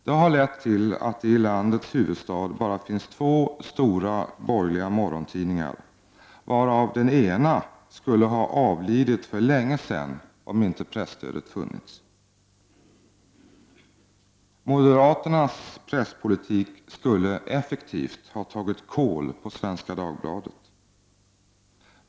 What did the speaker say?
Det har lett till att det i landets huvudstad bara finns två stora borgerliga morgontidningar, varav den ena skulle ha avlidit för länge sedan om inte presstödet funnits. Moderaternas presspolitik skulle effektivt ha tagit kål på Svenska Dagbladet.